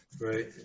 Right